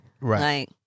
Right